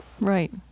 Right